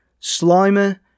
Slimer